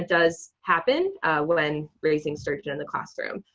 does happen when raising sturgeon in the classroom.